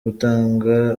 gutanga